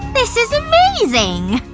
this is amazing!